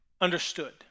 understood